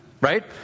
Right